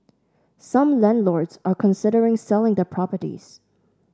some landlords are considering selling their properties